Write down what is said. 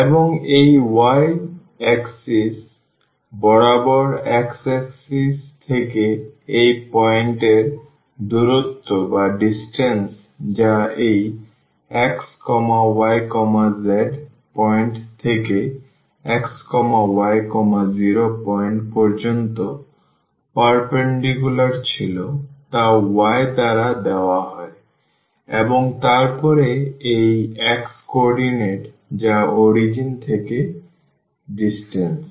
এবং এই y axis বরাবর x axis থেকে এই পয়েন্ট এর দূরত্ব যা এই xyz পয়েন্ট থেকে xy0 পয়েন্ট পর্যন্ত পারপেন্ডিকুলার ছিল তা y দ্বারা দেওয়া হয় এবং তারপরে এই x কোঅর্ডিনেট যা অরিজিন থেকে দূরত্ব